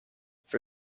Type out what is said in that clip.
for